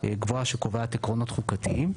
גבוהה שקובעת עקרונות חוקתיים.